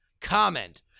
Comment